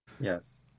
Yes